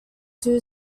two